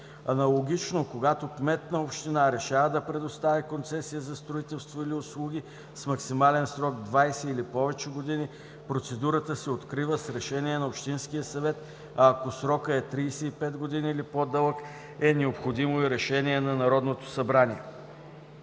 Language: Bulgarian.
Аналогично, когато кмет на община решава да предостави концесия за строителство или услуги с максимален срок 20 или повече години, процедурата се открива с решение на общинския съвет, а ако срокът е 35 години или по-дълъг, е необходимо и решение на Народното събрание.